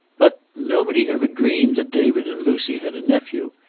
but nobody ever dreamed that david and lucy had a nephew.